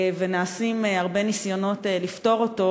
ונעשים הרבה ניסיונות לפתור אותו.